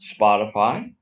Spotify